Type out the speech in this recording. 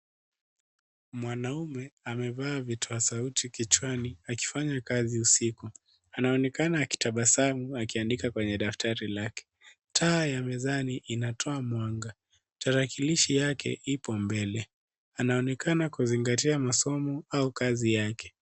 Mwanaume amevaa vitoa sauti kichwani, akifanya kazi usiku. Anaonekana akitabasamu, akiandika kwenye daftari lake. Taa ya mezani, inatoa mwanga. Tarakilishi yake ipo mbele. Anaonekana kuzingatia masomo, au kazi yake.